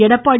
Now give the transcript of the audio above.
Edappadi